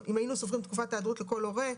או אם היינו סופרים את תקופת ההיעדרות לכל הורה,